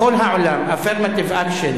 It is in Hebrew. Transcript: בכל העולם ה-affirmative action,